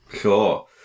Sure